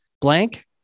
blank